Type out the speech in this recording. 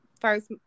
first